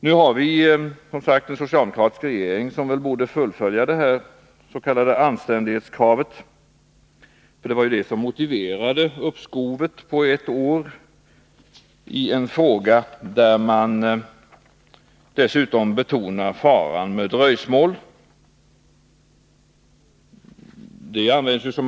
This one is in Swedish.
Nu har vi som sagt en socialdemokratisk regering, som borde uppfylla detta s.k. anständighetskrav, som motiverade uppskovet på ett år i en fråga där man betonar faran med dröjsmål.